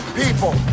people